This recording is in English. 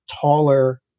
taller